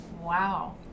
Wow